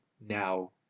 now